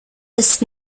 ist